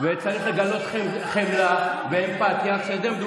וצריך לגלות חמלה ואמפתיה, בסדר?